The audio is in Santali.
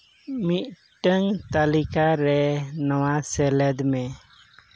ᱢᱤᱫᱴᱟᱝ ᱛᱟᱹᱞᱤᱠᱟᱨᱮ ᱱᱚᱣᱟ ᱥᱮᱞᱮᱫ ᱢᱮ